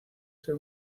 ser